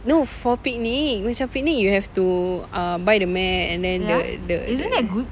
no for picnic macam picnic you have to err by the mat and then the the the